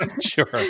Sure